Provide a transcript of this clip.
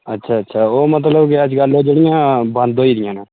अच्छा अच्छा ओह् मतलब अज्जकल मेरियां जेह्ड़ियां बंद होई दियां न